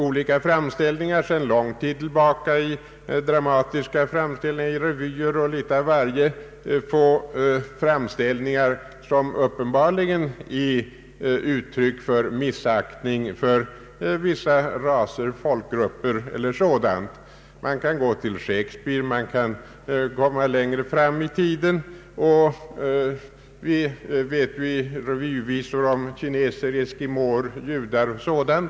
Vi har varit vana sedan lång tid att i dramatiska framställningar, revyer och litet av varje finna sådant som uppenbarligen är uttryck för missaktning för vissa raser eller folkgrupper. Vi kan finna exempel hos Shakespeare, och vi kan göra det längre fram i tiden. Det har funnits revyvisor om kineser, eskimåer, judar o.s.v.